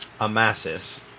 Amasis